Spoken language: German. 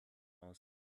aus